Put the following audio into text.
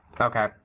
Okay